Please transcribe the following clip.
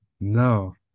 No